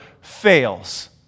fails